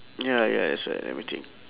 ya ya that's why let me think